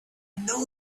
know